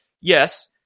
Yes